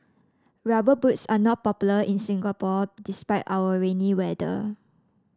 rubber boots are not popular in Singapore despite our rainy weather